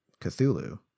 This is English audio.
Cthulhu